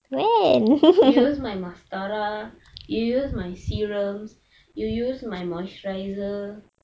you use my mascara you use my serums you use my moisturiser